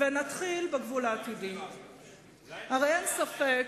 הבאת שלום,